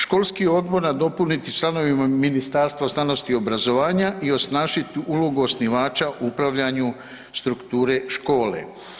Školski odbor nadopuniti članovima Ministarstva znanosti, obrazovanja i osnažiti ulogu osnivača u upravljanju strukture škole.